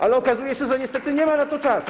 Ale okazuje się, że niestety nie ma na to czasu.